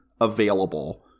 available